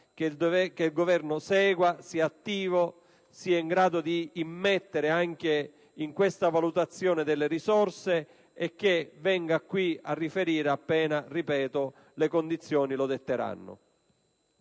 che il Governo intervenga, sia attivo, sia in grado di immettere anche in questa valutazione delle risorse e venga qui a riferire appena - ripeto - le condizioni lo detteranno.